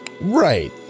Right